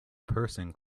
person